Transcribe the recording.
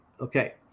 Okay